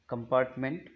compartment